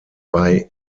bei